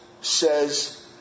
says